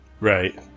Right